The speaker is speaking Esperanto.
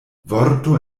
vorto